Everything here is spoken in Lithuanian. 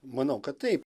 manau kad taip